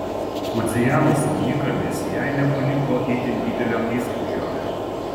fudzijamos ugnikalnis jai nepaliko itin didelio įspūdžio